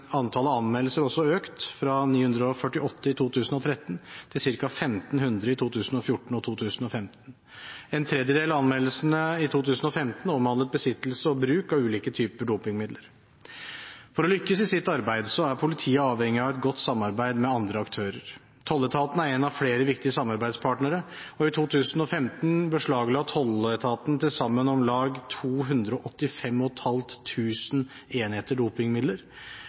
antallet anmeldelser også økt, fra 948 i 2013 til ca. 1 500 i 2014 og 2015. En tredjedel av anmeldelsene i 2015 omhandlet besittelse og bruk av ulike typer dopingmidler. For å lykkes i sitt arbeid er politiet avhengig av et godt samarbeid med andre aktører. Tolletaten er en av flere viktige samarbeidspartnere, og i 2015 beslagla tolletaten til sammen om lag 285